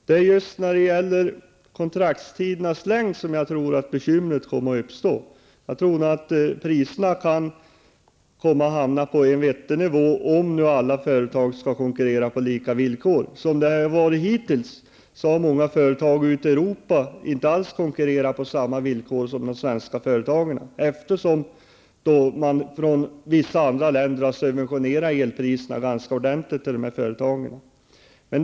Herr talman! Jag tror att det kommer att uppstå bekymmer när det gäller kontraktstidernas längd. Priserna kan hamna på en vettig nivå om alla företag skall konkurrera på lika villkor. Såsom det har varit hittills har många företag ute i Europa inte alls konkurrerat på samma villkor som de svenska företagen. I vissa andra länder har dessa företag fått ganska kraftigt subventionerade elpriser.